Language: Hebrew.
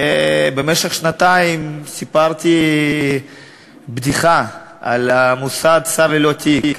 במשך שנתיים סיפרתי בדיחה על המוסד שר ללא תיק,